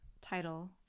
title